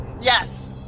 Yes